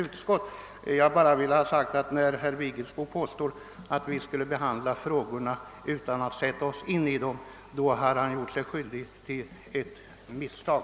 Jag har här bara velat framhålla, att när herr Vigelsbo påstår att vi har behandlat frågorna utan att ha satt oss in i dem, så gör han sig skyldig till ett misstag.